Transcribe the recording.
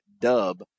dub